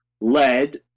Lead